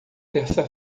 terça